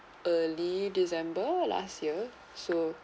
early december last year so